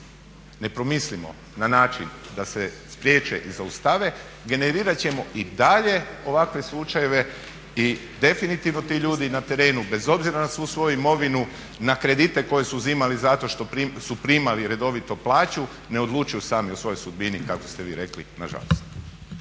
ne promislimo na način da se spriječe i zaustave generirati ćemo i dalje ovakve slučajeve i definitivno ti ljudi na terenu bez obzira na svu svoju imovinu, na kredite koje su uzimali zato što su primali redovito plaću ne odlučuju sami o svojoj sudbini kako ste vi rekli nažalost.